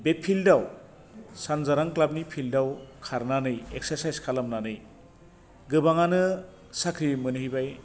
बे फिल्दाव सानजारां ख्लाबनि फिल्दाव खारनानै एक्स्राचाइच खालामनानै गोबाङानो साख्रि मोनहैबाय